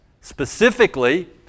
Specifically